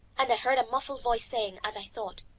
and i heard a muffled voice saying, as i thought,